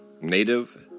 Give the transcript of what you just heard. native